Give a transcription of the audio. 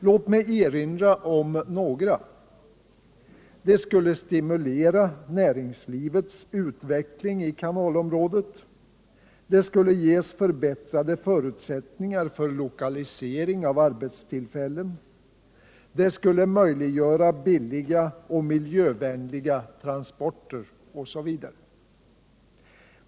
Låt mig erinra om några: Det skulle stimulera näringslivets utveckling i kanalområdet, det skulle ge förbättrade förutsättningar för lokalisering av arbetstillfällen, det skulle möjliggöra billiga och miljövänliga transporter, osv.